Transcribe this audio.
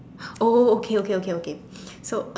oh oh okay okay okay okay so